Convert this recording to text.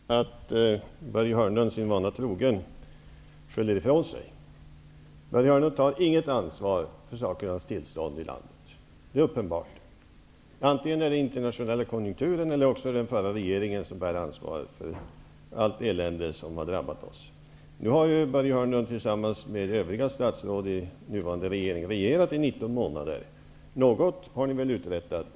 Herr talman! Jag noterar att Börje Hörnlund, sin vana trogen, skyller ifrån sig. Börje Hörnlund tar inget ansvar för sakernas tillstånd i landet -- det är uppenbart. Antingen är det den internationella konjunkturen eller också är det den förra regeringen som bär ansvaret för allt elände som har drabbat oss. Nu har Börje Hörnlund och övriga statsråd i den nuvarande regeringen regerat i 19 månader. Något har ni väl uträttat?